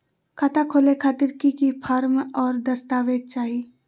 खाता खोले खातिर की की फॉर्म और दस्तावेज चाही?